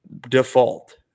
default